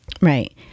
Right